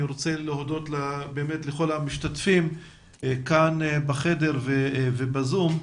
אני באמת רוצה להודות לכל המשתתפים כאן בחדר ובאמצעות הזום.